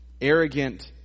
arrogant